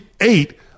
eight